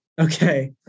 Okay